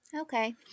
Okay